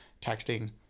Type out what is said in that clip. texting